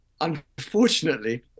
unfortunately